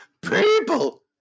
People